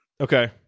okay